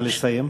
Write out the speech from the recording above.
נא לסיים.